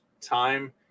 time